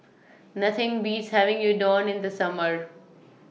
Nothing Beats having Udon in The Summer